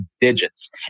digits